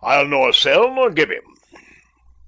i'll nor sell nor give him